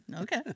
Okay